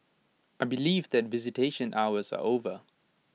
I believe that visitation hours are over